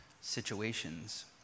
situations